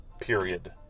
period